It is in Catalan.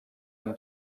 amb